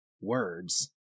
words